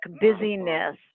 busyness